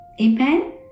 Amen